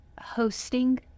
hosting